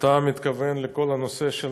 אתה מתכוון לכל הנושא של